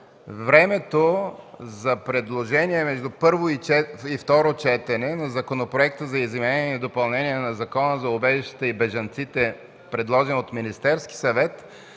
срокът за предложения между първо и второ четене на Законопроекта за изменение и допълнение на Закона за убежището и бежанците, внесен от Министерския съвет,